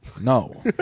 No